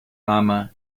new